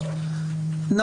תקנות שעת חירום,